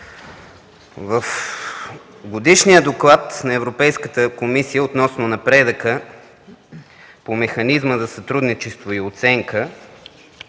В Годишния доклад на Европейската комисия относно напредъка по Механизма за сътрудничество и оценка